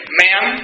ma'am